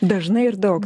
dažnai ir daug